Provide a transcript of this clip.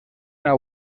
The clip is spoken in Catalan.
una